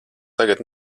tagad